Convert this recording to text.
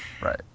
Right